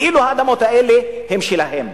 כאילו האדמות האלה הן שלהם.